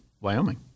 Wyoming